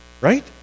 right